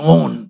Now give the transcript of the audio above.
on